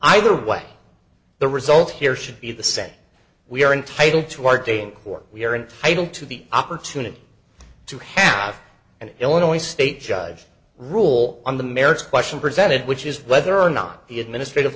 either way the result here should be the say we are entitled to our day in court we are entitled to the opportunity to have an illinois state judge rule on the merits question presented which is whether or not the administrative